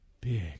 big